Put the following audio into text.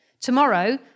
Tomorrow